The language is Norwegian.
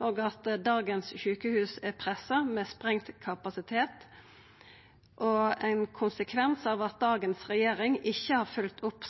at dagens sjukehus er pressa, med sprengt kapasitet, og at dagens regjering ikkje har følgt opp